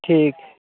ठीक